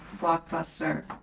Blockbuster